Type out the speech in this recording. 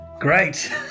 great